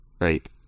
Right